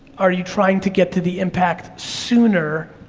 are you trying to get to the impact sooner,